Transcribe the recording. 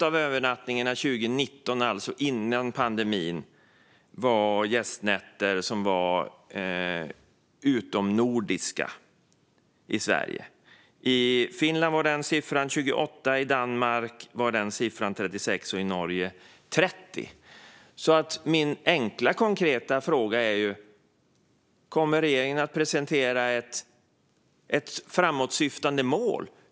Av övernattningarna 2019, alltså före pandemin, var 25 procent av gästnätterna i Sverige utomnordiska. I Finland var siffran 28 procent. I Danmark var den 36 procent. I Norge var den 30 procent. Min enkla och konkreta fråga är därför: Kommer regeringen att presentera ett framåtsyftande mål?